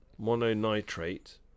mononitrate